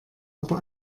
aber